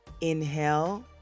Inhale